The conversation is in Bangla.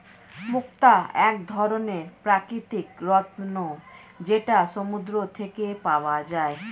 মুক্তা এক ধরনের প্রাকৃতিক রত্ন যেটা সমুদ্র থেকে পাওয়া যায়